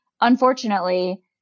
unfortunately